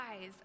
eyes